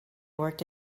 worked